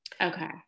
okay